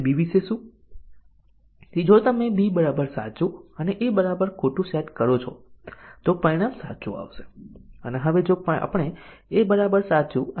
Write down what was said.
તેથી compiler atomic અભિવ્યક્તિના મૂલ્યને ધ્યાનમાં લીધા વગર મૂલ્યાંકન કરશે કારણ કે ડેશ એ લખ્યું છે આ કાળજી લેતું નથી